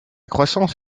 croissance